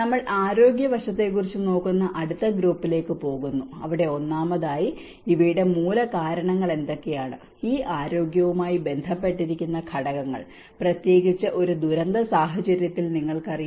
നമ്മൾ ആരോഗ്യ വശത്തെക്കുറിച്ച് നോക്കുന്ന അടുത്ത ഗ്രൂപ്പിലേക്ക് പോകുന്നു അവിടെ ഒന്നാമതായി ഇവയുടെ മൂലകാരണങ്ങൾ എന്തൊക്കെയാണ് ഈ ആരോഗ്യവുമായി ബന്ധപ്പെട്ടിരിക്കുന്ന ഘടകങ്ങൾ പ്രത്യേകിച്ച് ഒരു ദുരന്ത സാഹചര്യത്തിൽ നിങ്ങൾക്കറിയാം